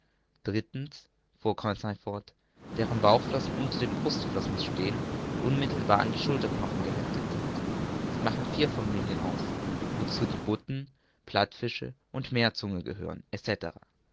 fuhr conseil fort deren bauchflossen unter den brustflossen stehen und unmittelbar an die schulterknochen geheftet sind sie machen vier familien aus wozu die butten plattfische meerzungen gehören